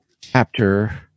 chapter